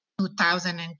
2002